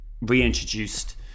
reintroduced